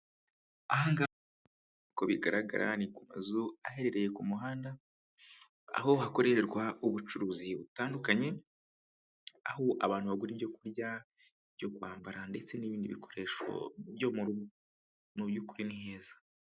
Aha ngaha uko bigaragara ni ku mazu aherereye ku muhanda, aho hakorerwa ubucuruzi butandukanye, aho abantu bagura ibyo kurya, ibyo kwambara ndetse n'ibindi bikoresho byo mu rugo mu by'ukuri ni heza.